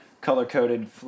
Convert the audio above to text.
color-coded